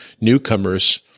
newcomers